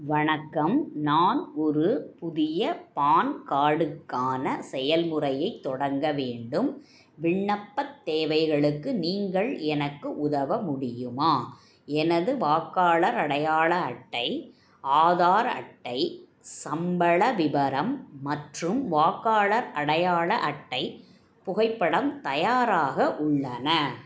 வணக்கம் நான் ஒரு புதிய பான் கார்டுக்கான செயல்முறையைத் தொடங்க வேண்டும் விண்ணப்பத் தேவைகளுக்கு நீங்கள் எனக்கு உதவ முடியுமா எனது வாக்காளர் அடையாள அட்டை ஆதார் அட்டை சம்பள விபரம் மற்றும் வாக்காளர் அடையாள அட்டை புகைப்படம் தயாராக உள்ளன